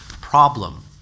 problem